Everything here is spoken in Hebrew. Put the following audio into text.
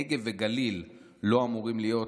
נגב וגליל לא אמורים להיות,